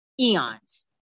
eons